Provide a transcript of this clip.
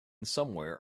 somewhere